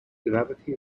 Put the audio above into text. gravity